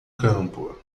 campo